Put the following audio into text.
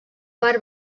part